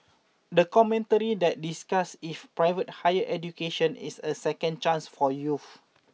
the commentary that discussed if private higher education is a second chance for youth